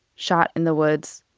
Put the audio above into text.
shot in the woods.